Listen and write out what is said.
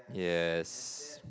yes